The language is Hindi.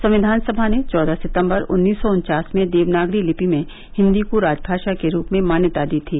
संविधान सभा ने चौदह सितंबर उन्नीस सौ उन्वास में देवनागरी लिपि में हिन्दी को राजभाष के रूप में मान्यता दी थी